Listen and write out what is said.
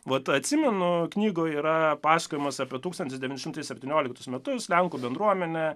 vat atsimenu knygoj yra pasakojimas apie tūkstantis devyni šimtai septynioliktus metus lenkų bendruomenę